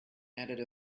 added